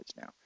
now